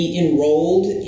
enrolled